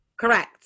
Correct